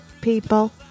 People